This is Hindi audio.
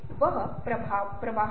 वह प्रवाह है